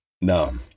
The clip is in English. No